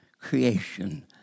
creation